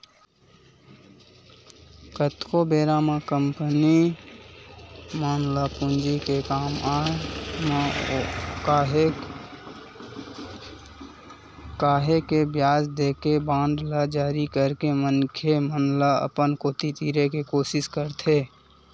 कतको बेरा म कंपनी मन ल पूंजी के काम आय म काहेक के बियाज देके बांड ल जारी करके मनखे मन ल अपन कोती तीरे के कोसिस करथे